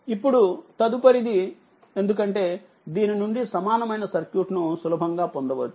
ఇప్పుడు తదుపరిది ఎందుకంటే దీని నుండి సమానమైన సర్క్యూట్ నుసులభంగా పొందవచ్చు